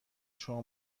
شما